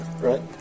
Right